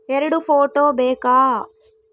ಎರಡು ಫೋಟೋ ಬೇಕಾ?